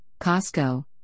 Costco